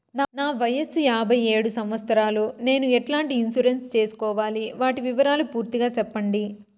నా వయస్సు యాభై ఏడు సంవత్సరాలు నేను ఎట్లాంటి ఇన్సూరెన్సు సేసుకోవాలి? వాటి వివరాలు పూర్తి గా సెప్పండి?